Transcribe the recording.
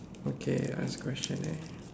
okay I ask question eh